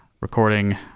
recording